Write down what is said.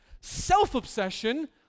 self-obsession